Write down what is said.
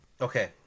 Okay